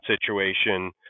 situation